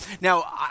Now